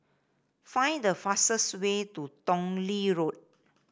find the fastest way to Tong Lee Road